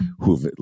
who've